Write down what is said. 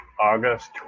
August